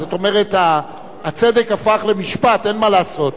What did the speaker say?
זאת אומרת הצדק הפך למשפט, אין מה לעשות.